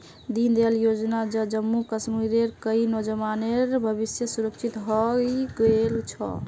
दीनदयाल योजना स जम्मू कश्मीरेर कई नौजवानेर भविष्य सुरक्षित हइ गेल छ